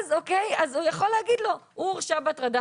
אז הוא יכול להגיד שהוא הורשע בהטרדה